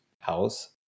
house